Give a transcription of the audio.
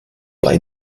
bei